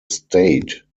state